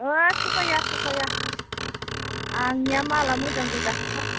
थगाया थगाया आंनिया मालआ मोजां गोजाखाथार